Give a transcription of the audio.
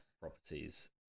properties